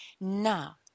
Now